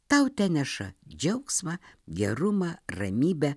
tau teneša džiaugsmą gerumą ramybę